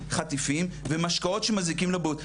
חטיפים ומשקאות שמזיקים לבריאות.